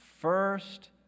first